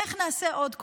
איך נעשה עוד קומבינה,